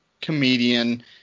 comedian